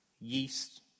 yeast